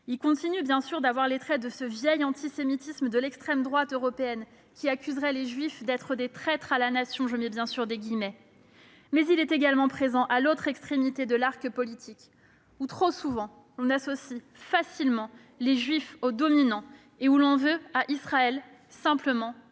Il continue d'avoir les traits de ce vieil antisémitisme de l'extrême droite européenne, qui accuse les « juifs » d'être des traîtres à la Nation. Mais il est également présent à l'autre extrémité de l'arc politique où, trop souvent, on associe facilement les juifs aux dominants et où l'on en veut à Israël de tout simplement exister.